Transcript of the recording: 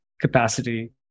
capacity